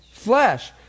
flesh